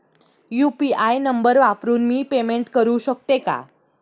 UPI number वापरून मी payment करू शकते का?